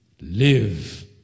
Live